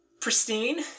pristine